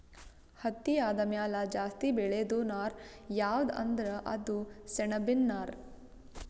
ಹತ್ತಿ ಆದಮ್ಯಾಲ ಜಾಸ್ತಿ ಬೆಳೇದು ನಾರ್ ಯಾವ್ದ್ ಅಂದ್ರ ಅದು ಸೆಣಬಿನ್ ನಾರ್